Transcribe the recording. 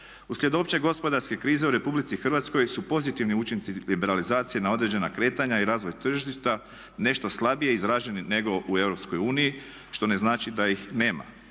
Uslijed opće gospodarske krize u Republici Hrvatskoj su pozitivni učinci liberalizacije na određena kretanja i razvoj tržišta, nešto slabije izraženi nego u Europskoj uniji što ne znači da ih nema.